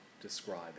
describing